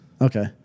Okay